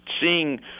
seeing